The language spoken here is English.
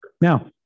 Now